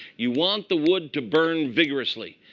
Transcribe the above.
you want the wood to burn vigorously.